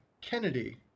Kennedy